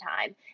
time